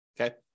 Okay